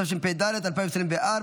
התשפ"ד 2024,